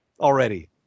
already